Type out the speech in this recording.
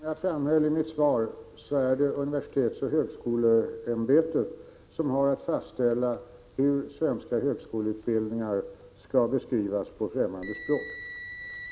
Herr talman! Som jag framhöll i mitt svar är det universitetsoch högskoleämbetet som har att fastställa hur svenska högskoleutbildningar skall beskrivas på främmande språk.